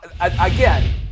again